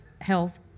health